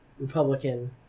Republican